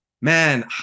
man